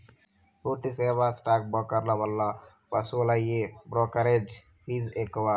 పూర్తి సేవా స్టాక్ బ్రోకర్ల వల్ల వసూలయ్యే బ్రోకెరేజ్ ఫీజ్ ఎక్కువ